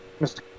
Mr